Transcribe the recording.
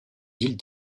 ville